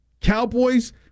Cowboys